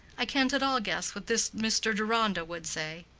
i can't at all guess what this mr. deronda would say.